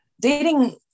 dating